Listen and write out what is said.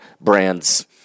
brands